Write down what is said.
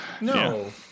no